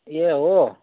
ए हो